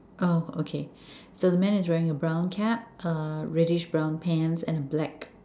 oh okay so the man is wearing a brown cap uh reddish brown pants and a black